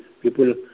People